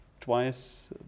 twice